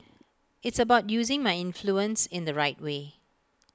it's about using my influence in the right way